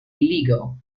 illegal